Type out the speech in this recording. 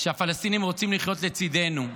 שהפלסטינים רוצים לחיות לצידנו,